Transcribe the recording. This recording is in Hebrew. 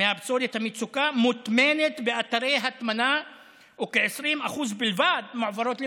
מהפסולת המוצקה מוטמנת באתרי הטמנה וכ-20% בלבד מועברת למחזור.